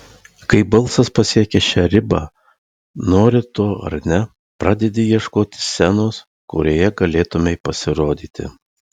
kai balsas pasiekia šią ribą nori to ar ne pradedi ieškoti scenos kurioje galėtumei pasirodyti